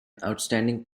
outstanding